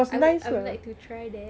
I I would like to try that